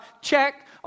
Check